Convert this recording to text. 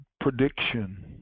prediction